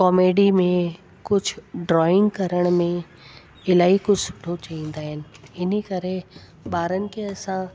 comedy में कुछ drawing करण में इलाही कुझु सुठो थी ईंदा आहिनि इन करे ॿारनि खे असां